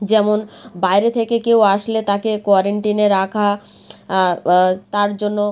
যেমন বাইরে থেকে কেউ আসলে তাকে কোয়ারেন্টিনে রাখা তার জন্য